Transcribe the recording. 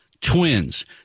twins